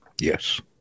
Yes